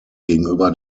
gegenüber